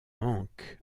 manquent